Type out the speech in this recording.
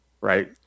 right